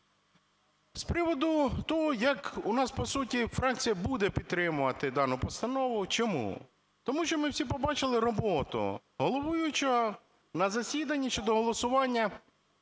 З приводу того, як... У нас, по суті, фракція буде підтримувати дану постанову. Чому? Тому що ми всі побачили роботу головуючого на засіданні щодо голосування